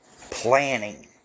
Planning